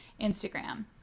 Instagram